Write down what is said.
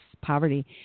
poverty